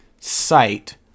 site